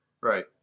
Right